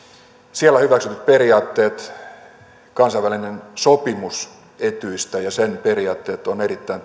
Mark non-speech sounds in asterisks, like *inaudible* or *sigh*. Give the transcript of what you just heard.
siellä hyväksytyt periaatteet kansainvälinen sopimus etyjistä ja sen periaatteet ovat erittäin *unintelligible*